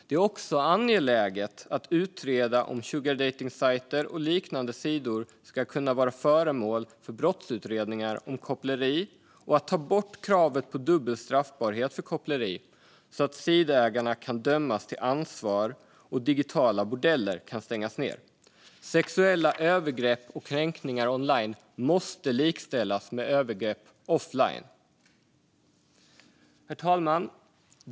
Det är också angeläget att utreda om sugardejtningssajter och liknande sidor ska kunna vara föremål för brottsutredningar om koppleri och att kravet på dubbel straffbarhet för koppleri ska kunna tas bort, så att sidägarna kan dömas till ansvar och digitala bordeller kan stängas ned. Sexuella övergrepp och kränkningar online måste likställas med övergrepp offline. Herr talman!